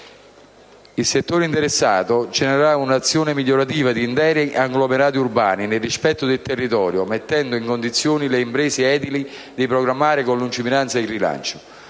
Il settore interessato genererà un'azione migliorativa di interi agglomerati urbani nel rispetto del territorio, mettendo in condizioni le imprese edili di programmare con lungimiranza il rilancio.